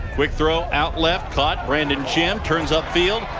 quick throw out left caught. brandon turns up field.